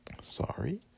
Sorry